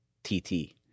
TT